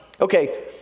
okay